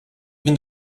even